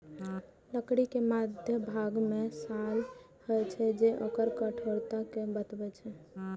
लकड़ी के मध्यभाग मे साल होइ छै, जे ओकर कठोरता कें बतबै छै